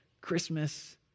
Christmas